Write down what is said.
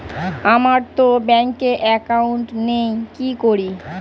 আমারতো ব্যাংকে একাউন্ট নেই কি করি?